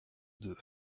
deux